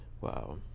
Wow